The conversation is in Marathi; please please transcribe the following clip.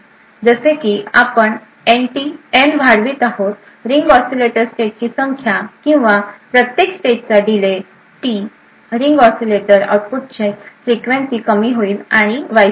जसे की आपण एन वाढवित आहात रिंग ऑसीलेटर स्टेजची संख्या किंवा प्रत्येक स्टेजचा डिले टी रिंग ऑसीलेटर आउटपुटच्या फ्रिक्वेन्सी कमी होईल आणि उलट